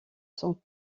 sont